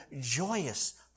joyous